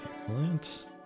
Excellent